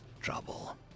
trouble